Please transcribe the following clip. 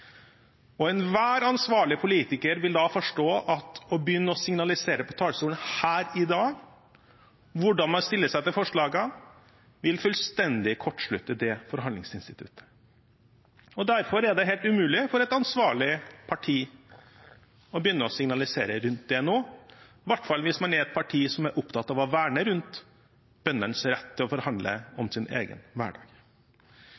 Enhver ansvarlig politiker vil da forstå at å begynne å signalisere på talerstolen her i dag hvordan man stiller seg til forslagene, fullstendig vil kortslutte det forhandlingsinstituttet. Derfor er det helt umulig for et ansvarlig parti å begynne å signalisere rundt det nå, i hvert fall hvis man er et parti som er opptatt av å verne rundt bøndenes rett til å forhandle om sin egen hverdag. Arbeiderpartiet og